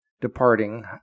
departing